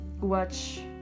watch